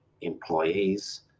employees